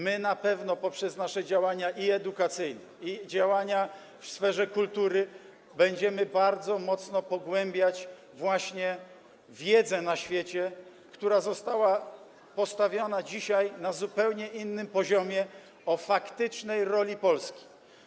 My na pewno poprzez nasze działania edukacyjne i działania w sferze kultury będziemy bardzo mocno pogłębiać na świecie wiedzę, która została postawiona dzisiaj na zupełnie innym poziomie, o faktycznej roli Polski.